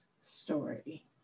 story